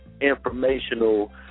informational